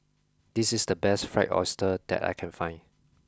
this is the best fried oyster that I can find